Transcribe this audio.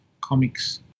comics